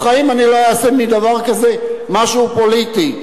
בחיים לא אעשה מדבר כזה משהו פוליטי.